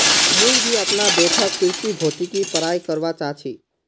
मुई भी अपना बैठक कृषि भौतिकी पढ़ाई करवा चा छी